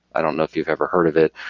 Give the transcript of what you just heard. i don't know if you've ever heard of it,